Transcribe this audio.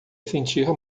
sentir